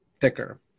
thicker